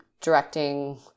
directing